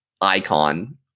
icon